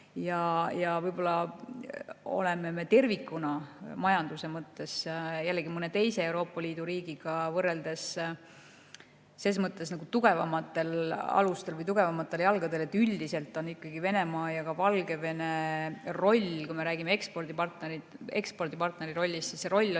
Võib-olla me oleme tervikuna majanduse mõttes mõne teise Euroopa Liidu riigiga võrreldes ses mõttes nagu tugevamatel alustel või tugevamatel jalgadel, et üldiselt on Venemaa ja Valgevene roll, kui me räägime ekspordipartneri rollist, [meie puhul]